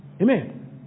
Amen